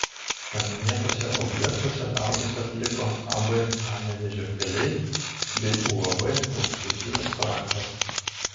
paminėtuose objektuose darbus atliko ab panevėžio keliai bei uab aukštaitijos traktas